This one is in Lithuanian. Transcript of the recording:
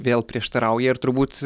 vėl prieštarauja ir turbūt